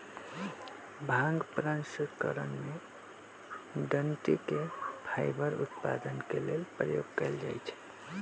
भांग प्रसंस्करण में डनटी के फाइबर उत्पादन के लेल प्रयोग कयल जाइ छइ